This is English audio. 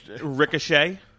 Ricochet